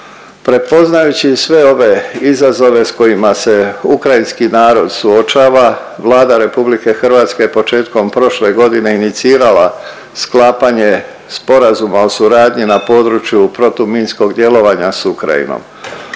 Prepoznajući sve ove izazove s kojima se ukrajinski narod suočava, Vlada RH je početkom prošle godine inicirala sklapanje Sporazuma o suradnji na području protuminskog djelovanja s Ukrajinom.